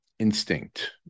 instinct